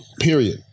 period